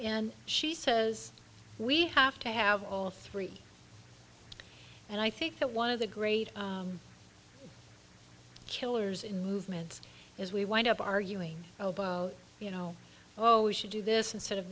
and she says we have to have all three and i think that one of the great killers in movements as we wind up arguing about you know oh we should do this instead of